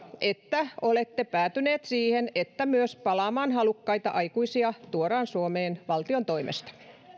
että olette päätyneet siihen että myös palaamaan halukkaita aikuisia tuodaan suomeen valtion toimesta